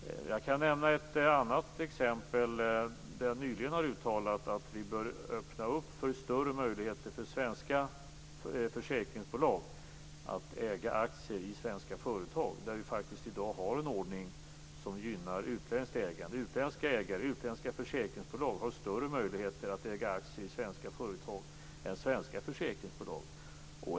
Jag kan nämna ett annat exempel. Jag har nyligen uttalat att vi bör öppna för större möjligheter för svenska försäkringsbolag att äga aktier i svenska företag, där vi faktiskt i dag har en ordning som gynnar utländskt ägande. Utländska försäkringsbolag har större möjligheter att äga aktier i svenska företag än svenska försäkringsbolag.